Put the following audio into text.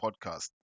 podcast